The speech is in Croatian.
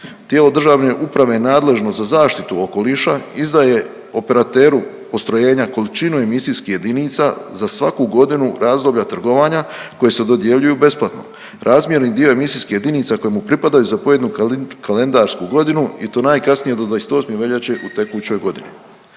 Tijelo državne uprave nadležno za zaštitu okoliša izdaje operateru postrojenja količinu emisijskih jedinica za svaku godinu razdoblja trgovanja koji se dodijeljuju besplatno. Razmjerni dio emisijskih jedinica koji mu pripadaju za pojedinu kalendarsku godinu i to najkasnije do 28. veljače u tekućoj godini.